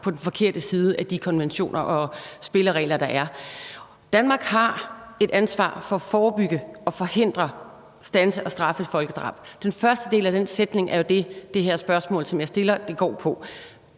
på den forkerte side af de konventioner og spilleregler, der er. Danmark har et ansvar for at forebygge, forhindre, standse og straffe et folkedrab. Den første del af den sætning er jo det, som det her spørgsmål, som jeg stiller, går på.